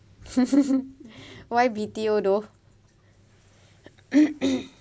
why B_T_O though